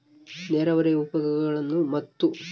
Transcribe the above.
ನೇರಾವರಿಯ ಉಪಯೋಗಗಳನ್ನು ಮತ್ತು?